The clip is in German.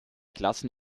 klassen